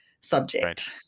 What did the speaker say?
subject